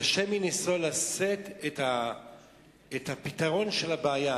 קשה מנשוא לשאת את הפתרון של הבעיה.